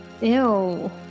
Ew